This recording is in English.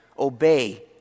obey